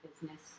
business